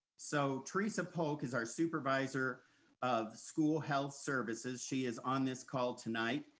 so teresa polk is our supervisor of school health services. she is on this call tonight.